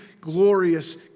glorious